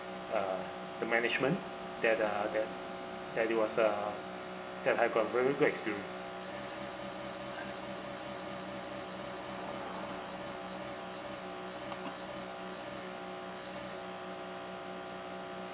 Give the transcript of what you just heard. uh the management that uh that that it was a that I got a very good experience